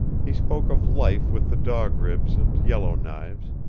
he spoke of life with the dog ribs and yellow knives,